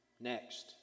Next